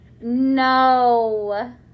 No